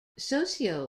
socio